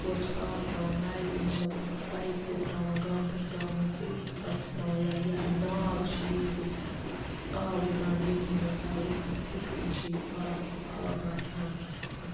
ہورٕ چھِ آب تراوان نالہِ مطلب پایفہٕ تراوان گامہٕ پَتہٕ گامہٕ ہُہ پَتہٕ چھِ تراوان یَلہٕ یا ناگ چھِ ییٚتہِ آب وُزان زٔمیٖنو تَلہٕ تِتھ کٔنۍ چھِ ییٚتہِ آب آب آسان